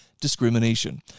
discrimination